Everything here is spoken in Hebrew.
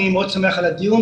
אני מאוד שמח על הדיון,